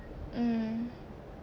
mm